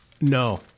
No